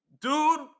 dude